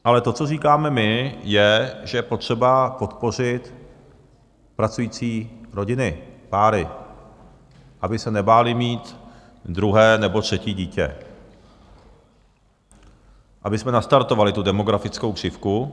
Ale to, co říkáme my, je, že je potřeba podpořit pracující rodiny, páry, aby se nebáli mít druhé nebo třetí dítě, abychom nastartovali tu demografickou křivku.